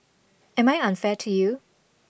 am I unfair to you